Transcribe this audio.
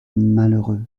malheureux